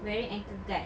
wearing ankle guard